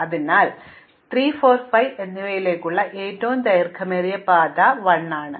അതിനാൽ 3 4 5 എന്നിവയിലേക്കുള്ള ഏറ്റവും ദൈർഘ്യമേറിയ പാത കുറഞ്ഞത് 1 ആണ്